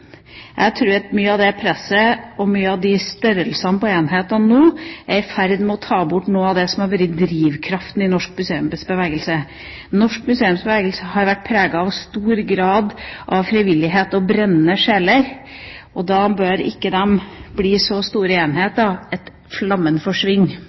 Jeg tror at mye av presset og mye av størrelsene på enhetene nå er i ferd med å ta bort noe av det som har vært drivkraften i norsk museumsbevegelse. Norsk museumsbevegelse har vært preget av stor grad av frivillighet og brennende sjeler, og da bør det ikke bli så store enheter at flammen forsvinner.